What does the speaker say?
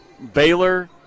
Baylor